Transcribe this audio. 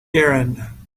erin